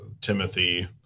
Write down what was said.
timothy